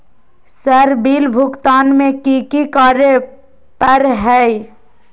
Sir bill भुगतान में की की कार्य पर हहै?